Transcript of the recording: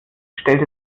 stellt